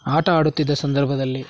ಆಟ ಆಡುತ್ತಿದ್ದ ಸಂದರ್ಭದಲ್ಲಿ